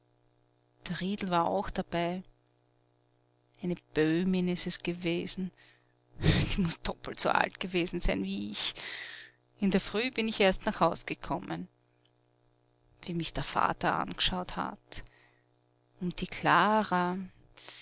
der riedl war auch dabei eine böhmin ist es gewesen die muß doppelt so alt gewesen sein wie ich in der früh bin ich erst nach haus gekommen wie mich der vater angeschaut hat und die klara